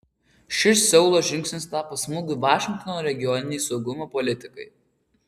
šis seulo žingsnis tapo smūgiu vašingtono regioninei saugumo politikai